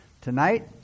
tonight